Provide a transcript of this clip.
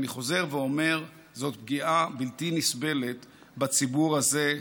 אני חוזר ואומר זאת פגיעה בלתי נסבלת בציבור הזה,